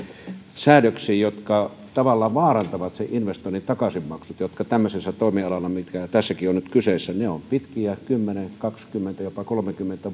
säädöksiin jotka tavallaan vaarantavat sen investoinnin takaisinmaksut jotka tämmöisellä toimialalla mitkä tässäkin ovat nyt kyseessä ovat pitkiä kymmenen kaksikymmentä jopa kolmekymmentä